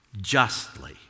justly